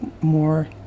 more